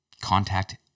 contact